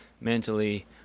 mentally